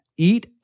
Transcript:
eat